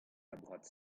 labourat